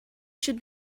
should